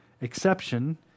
exception